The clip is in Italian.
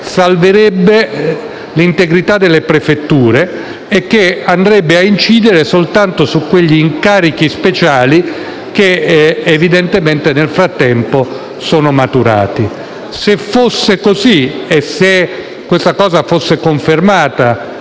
salverebbe l'integrità delle prefetture e andrebbe a incidere soltanto su quegli incarichi speciali che nel frattempo sono maturati. Se così fosse e se ciò fosse confermato